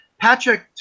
Patrick